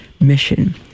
mission